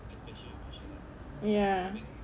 ya